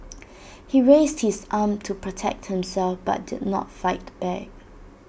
he raised his arm to protect himself but did not fight back